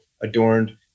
adorned